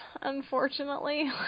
unfortunately